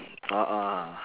a'ah